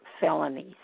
felonies